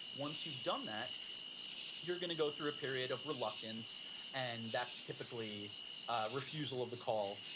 once you've done that you are going to go through a period of reluctance and that's typically refusal of the call.